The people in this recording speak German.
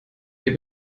der